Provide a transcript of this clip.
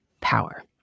power